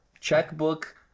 checkbook